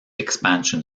expansion